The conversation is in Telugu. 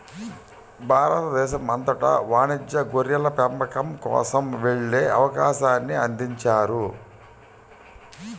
భారతదేశం అంతటా వాణిజ్య గొర్రెల పెంపకం కోసం వెళ్ళే అవకాశాన్ని అందించారు